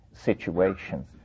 situations